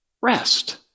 rest